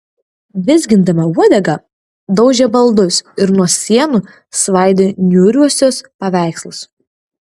vizgindama uodegą daužė baldus ir nuo sienų svaidė niūriuosius paveikslus